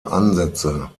ansätze